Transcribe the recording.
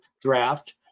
draft